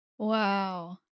Wow